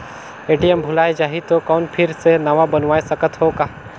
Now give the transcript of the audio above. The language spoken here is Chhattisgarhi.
ए.टी.एम भुलाये जाही तो कौन फिर से नवा बनवाय सकत हो का?